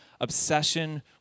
obsession